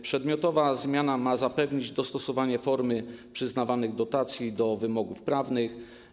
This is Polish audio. Przedmiotowa zmiana ma zapewnić dostosowanie formy przyznawanych dotacji do wymogów prawnych.